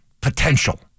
potential